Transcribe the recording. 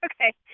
Okay